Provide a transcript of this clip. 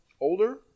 older